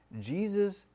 Jesus